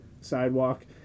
sidewalk